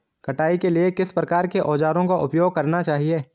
कटाई के लिए किस प्रकार के औज़ारों का उपयोग करना चाहिए?